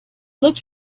looked